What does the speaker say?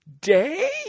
day